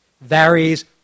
Varies